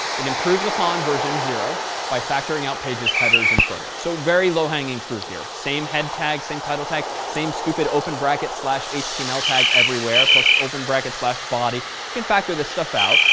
it improves upon version zero by factoring out pages' header and footer, so very low-hanging fruit here. same head tag, same title tag, same stupid open bracket slash html tag everywhere plus open bracket slash body. we but can factor this stuff out.